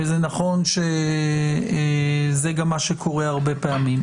וזה נכון שזה גם מה שקורה הרבה פעמים.